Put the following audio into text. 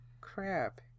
Crap